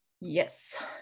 Yes